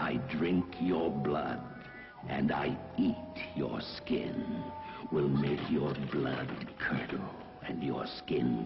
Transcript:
i drink your blood and i your skin will make your blood and your skin